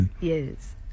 yes